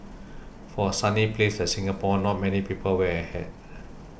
for a sunny place like Singapore not many people wear a hat